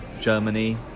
Germany